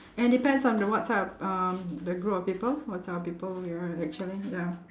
and depends on the what type of um the group of people what type of people you're actually ya